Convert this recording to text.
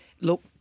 look